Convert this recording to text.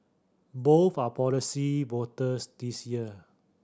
both are policy voters this year